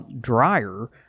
drier